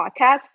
podcast